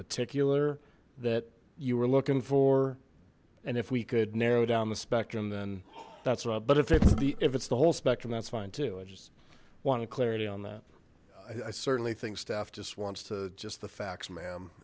particular that you were looking for and if we could narrow down the spectrum then that's right but if it's the if it's the whole spectrum that's fine i just wanted clarity on that i certainly think staff just wants to just the facts ma'am